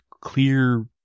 clear